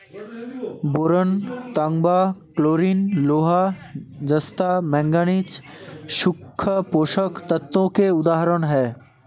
boron, तांबा, chlorine, लोहा, जस्ता, मैंगनीज सूक्ष्म पोषक तत्वों के उदाहरण हैं